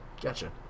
gotcha